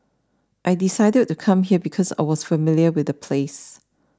I decided to come here because I was familiar with the place